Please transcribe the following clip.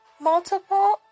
multiple